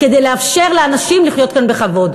כדי לאפשר לאנשים לחיות כאן בכבוד.